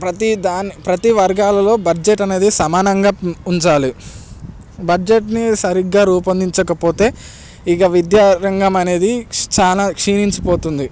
ప్రతి దాని ప్రతి వర్గాలలో బడ్జెట్ అనేది సమానంగా ఉంచాలి బడ్జెట్ని సరిగ్గా రూపొందించకపోతే ఇక విద్యారంగం అనేది చాలా క్షీణించిపోతుంది